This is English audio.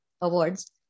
awards